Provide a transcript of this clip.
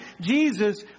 Jesus